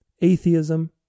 atheism